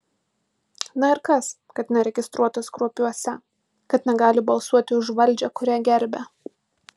na ir kas kad neregistruotas kruopiuose kad negali balsuoti už valdžią kurią gerbia